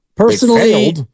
Personally